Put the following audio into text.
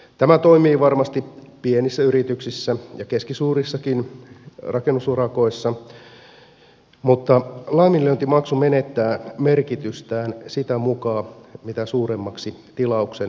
tämä toimii varmasti pienissä yrityksissä ja keskisuurissakin rakennusurakoissa mutta laiminlyöntimaksu menettää merkitystään sitä mukaa mitä suuremmaksi tilauksen loppusumma kohoaa